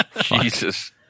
Jesus